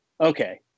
okay